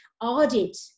Audit